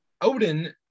odin